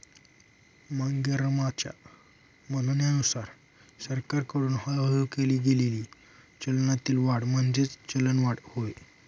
मांगेरामच्या म्हणण्यानुसार सरकारकडून हळूहळू केली गेलेली चलनातील वाढ म्हणजेच चलनवाढ होय